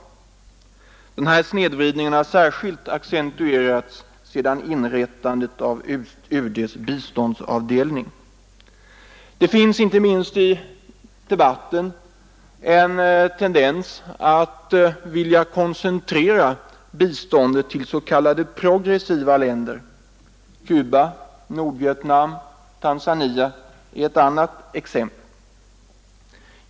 Denna begynnande snedvridning har särskilt accentuerats efter inrättandet av UD:s biståndsavdelning. Det finns i debatten en tendens att vilja koncentrera biståndet till s.k. progressiva länder, såsom Cuba, Nordvietnam och Tanzania.